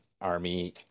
army